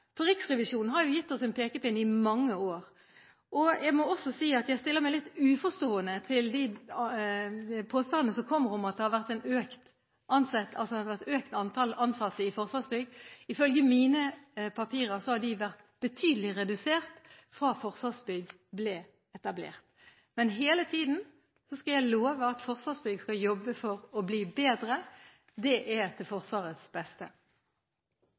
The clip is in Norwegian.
for Riksrevisjonen har gitt oss en pekepinn i mange år. Jeg må også si at jeg stiller meg litt uforstående til de påstandene som kommer om økt antall ansatte i Forsvarsbygg. Ifølge mine papirer har antallet blitt betydelig redusert fra Forsvarsbygg ble etablert. Men hele tiden skal jeg love at Forsvarsbygg skal jobbe for å bli bedre. Det er til Forsvarets beste.